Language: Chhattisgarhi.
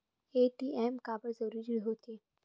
ए.टी.एम काबर जरूरी हो थे?